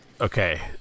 okay